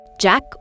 Jack